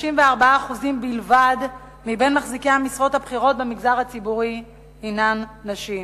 34% בלבד ממחזיקי המשרות הבכירות במגזר הציבורי הם נשים.